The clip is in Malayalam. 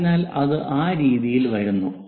അതിനാൽ അത് ആ രീതിയിൽ വരുന്നു